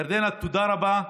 ירדנה, תודה רבה.